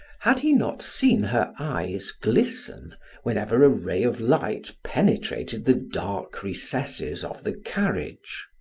had he not seen her eyes glisten whenever a ray of light penetrated the dark recesses of the carriage.